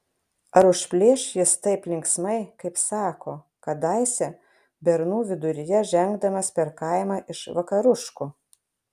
ar užplėš jis taip linksmai kaip sako kadaise bernų viduryje žengdamas per kaimą iš vakaruškų